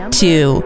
two